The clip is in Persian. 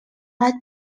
فقط